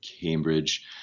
Cambridge